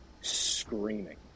screaming